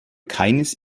keines